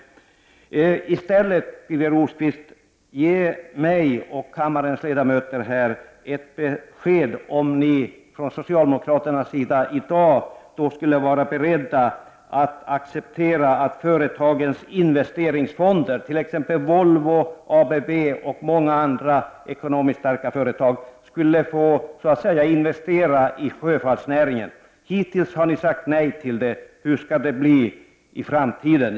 Birger Rosqvist, ge i stället mig och kammarens ledamöter ett besked om ni från socialdemokraternas sida i dag skulle vara beredda att acceptera företagens investeringsfonder, t.ex. Volvo, ABB och många andra ekonomiskt starka företag, skulle få investera i sjöfartsnäringen. Hittills har ni sagt nej till det. Hur skall det bli i framtiden?